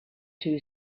two